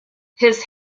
his